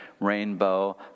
rainbow